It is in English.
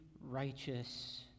righteous